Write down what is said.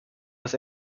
das